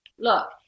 look